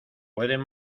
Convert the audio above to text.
pueden